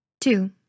Two